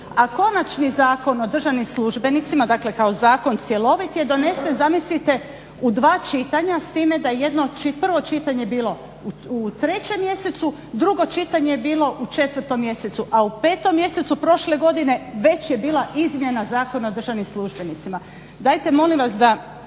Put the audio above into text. A konačni zakon o državnim službenicima dakle kao zakon cjelovit je donesen, zamislite, u dva čitanja s time da prvo čitanje je bilo u 3. mjesecu, drugo čitanje je bilo u 4. mjesecu, a u 5. mjesecu prošle godine već je bila izmjena Zakona o državnim službenicima. Dajte molim vas da